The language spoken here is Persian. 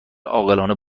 عاقلانه